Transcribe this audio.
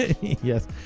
Yes